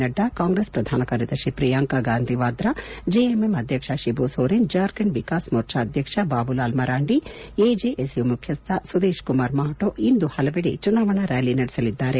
ನಡ್ಡಾ ಕಾಂಗ್ರೆಸ್ ಪ್ರಧಾನ ಕಾರ್ಯದರ್ಶಿ ಪ್ರಿಯಾಂಕಾ ಗಾಂಧಿ ವಾದ್ರಾ ಜೆಎಂಎಂ ಅಧ್ಯಕ್ಷ ಶಿಬು ಸೊರೆನ್ ಜಾರ್ಖಂಡ್ ವಿಕಾಸ್ ಮೋರ್ಚಾ ಅಧ್ಯಕ್ಷ ಬಾಬುಲಾಲ್ ಮರಾಂಡಿ ಎಜೆಎಸ್ ಯು ಮುಖ್ಯಸ್ದ ಸುದೇಶ್ ಕುಮಾರ್ ಮಾಹ್ಲೊ ಇಂದು ಹಲವದೆ ಚುನಾವಣಾ ರ್್ಯಾಲಿ ನಡೆಸಲಿದ್ದಾರೆ